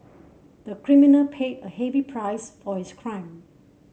the criminal paid a heavy price for his crime